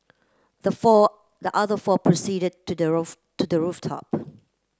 the four the other four proceeded to the roof to the rooftop